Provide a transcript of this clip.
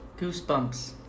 Goosebumps